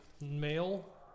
mail